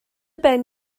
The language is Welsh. ben